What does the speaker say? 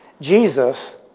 Jesus